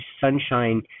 sunshine